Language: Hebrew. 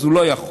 אז הוא לא יכול,